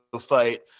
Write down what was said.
fight